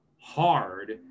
hard